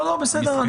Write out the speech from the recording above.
בסדר.